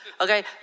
okay